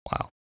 Wow